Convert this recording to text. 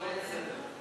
הכול בסדר.